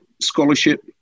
scholarship